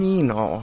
Nino